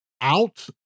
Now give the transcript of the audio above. out